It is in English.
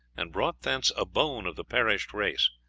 and brought thence a bone of the perished race.